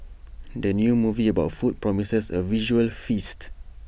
the new movie about food promises A visual feast